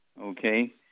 Okay